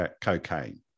cocaine